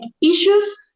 issues